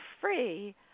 free